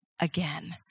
again